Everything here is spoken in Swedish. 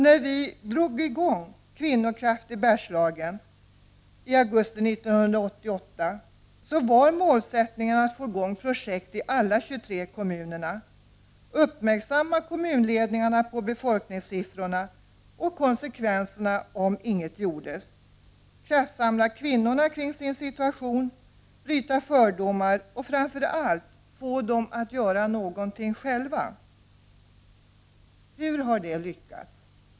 När vi drog i gång ”Kvinnokraft i Bergslagen” i augusti 1988 var målsättningen att få till stånd projekt i alla de 23 kommunerna, att göra kommunledningarna uppmärksamma på befolkningssiffrorna och på vad konsekvenserna skulle kunna bli om inget gjordes, att kraftsamla kvinnorna kring sin situation, att bryta fördomar och framför allt att få kvinnorna att själva göra något. Hur har det lyckats?